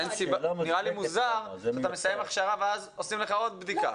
נראה לי מוזר שאתה מסיים הכשרה ואז עושים לך עוד בדיקה.